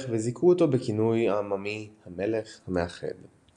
וזיכו אותו בכינוי העממי "המלך המאחד".